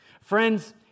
Friends